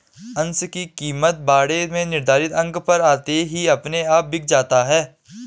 अंश की कीमत बाड़े में निर्धारित अंक पर आते ही अपने आप बिक जाता है